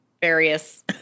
Various